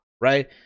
right